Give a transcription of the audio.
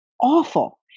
awful